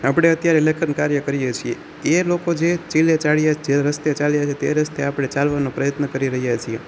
આપણે અત્યારે લેખન કાર્ય કરીએ છીએ એ લોકો જે ચિલે ચાલ્યા જે રસ્તે ચાલ્યા છે તે રસ્તે આપણે ચાલવાનો પ્રયત્ન કરી રહ્યા છીએ